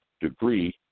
degree